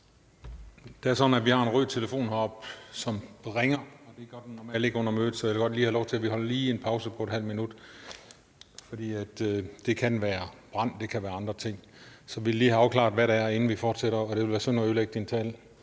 Det er sådan, at vi har en rød telefon heroppe, som ringer. Det gør den normalt ikke under mødet, så jeg vil godt bede om, at vi holder en pause på ½ minut. Det kan være brand, det kan være andre ting. Vi vil lige have afklaret, hvad det er, inden vi fortsætter. Det ville være synd at ødelægge ordførerens tale.